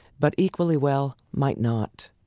but equally well might not.